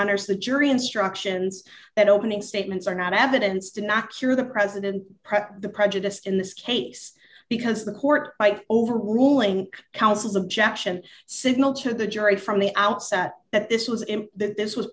honors the jury instructions that opening statements are not evidence do not cure the president prep the prejudice in this case because the court fight over ruling councils objection signal to the jury from the outset that this was him that this was